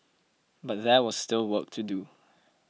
but there was still work to do